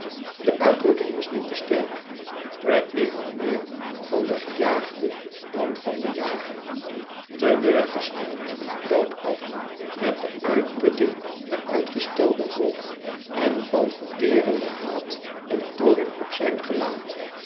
de uitdrukking was niet te sterk bradley had meer van den gejaagde dan van den jager te leur gesteld doodac met de uitputting der uitgestelde hoop en van verterenden haat en toom op zijn gelaat